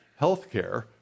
healthcare